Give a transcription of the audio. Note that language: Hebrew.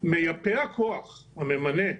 מייפה הכוח, הממנה,